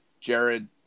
Jared